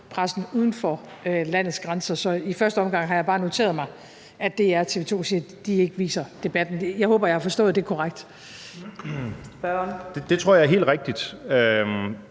pressen uden for landets grænser. Så i første omgang har jeg bare noteret mig, at DR og TV 2 siger, at de ikke viser debatten. Jeg håber, at jeg har forstået det korrekt. Kl. 14:02 Fjerde næstformand